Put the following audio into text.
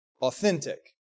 authentic